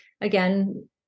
Again